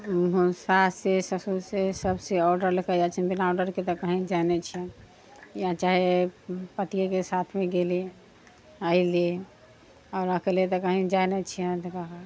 सास छै ससुर छै सभ छै ऑर्डर लऽ कऽ जाइत छियै बिना ऑर्डरके तऽ कहीँ जाइत नहि छियनि या चाहे पतिएके साथमे गयली अयली आओर अकेले तऽ कहीँ जाइत नहि छी ओतेक बाहर